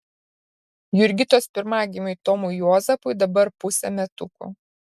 jurgitos pirmagimiui tomui juozapui dabar pusė metukų